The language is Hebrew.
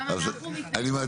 עם זה אנחנו לא רוצים